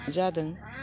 जादों